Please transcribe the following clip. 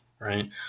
right